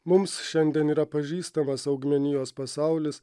mums šiandien yra pažįstamas augmenijos pasaulis